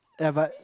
ya but